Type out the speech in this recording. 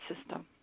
system